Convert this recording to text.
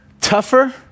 tougher